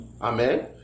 Amen